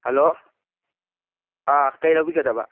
hello ꯑꯥ ꯀꯩ ꯂꯧꯕꯤꯒꯗꯕ